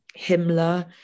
Himmler